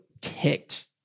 ticked